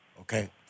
Okay